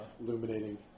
illuminating